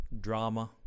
Drama